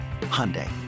Hyundai